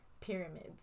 Pyramids